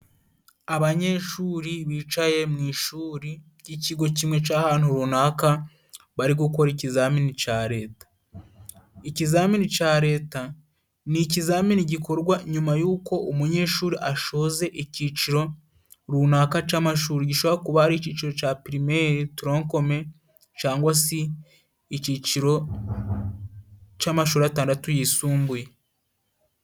Abanyeshuri bicaye mu ishuri ry'ikigo kimwe c'ahantu runaka, bari gukora ikizamini ca Leta. Ikizamini ca Leta ni ikizamini gikorwa nyuma y'uko umunyeshuri ashoze icyiciro runaka c'amashuri, gishobora kuba ari iciciro ca pirimeri, torokome cangwa si iciciro c'amashuri atandatu yisumbuye.